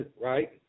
Right